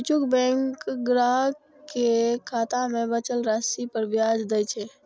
किछु बैंक ग्राहक कें खाता मे बचल राशि पर ब्याज दै छै